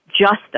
justice